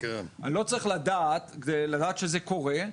אני לא צריך לדעת כדי לדעת שזה קורה,